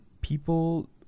people